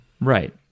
Right